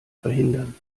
verhindern